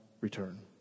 return